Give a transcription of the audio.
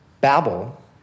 Babel